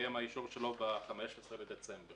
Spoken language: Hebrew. שמסתיים האישור שלו ב-15 לדצמבר,